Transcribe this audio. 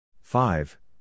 five